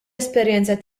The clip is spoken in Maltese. esperjenza